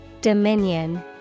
Dominion